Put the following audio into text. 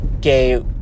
gay